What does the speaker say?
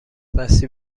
دستی